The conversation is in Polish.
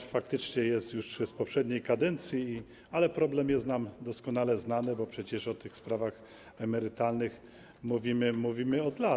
On faktycznie jest już z poprzedniej kadencji, ale problem jest nam doskonale znany, bo przecież o tych sprawach emerytalnych mówimy od lat.